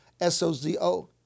S-O-Z-O